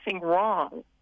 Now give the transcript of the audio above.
wrong